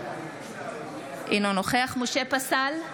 אינו נוכח משה פסל,